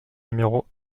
numéro